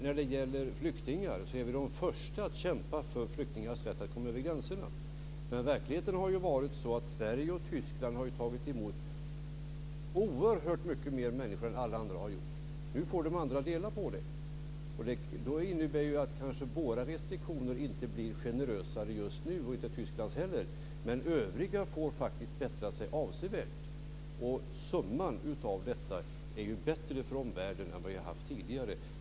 När det gäller flyktingar är vi de första att kämpa för flyktingars rätt att komma över gränserna, men verkligheten har ju varit sådan att Sverige och Tyskland har tagit emot oerhört många fler människor än alla andra har gjort. Nu får de andra dela på det här. Det innebär kanske att våra och Tysklands restriktioner inte blir generösare just nu, men övriga får faktiskt bättra sig avsevärt. Summan av detta är ju bättre för omvärlden än vad det tidigare har varit.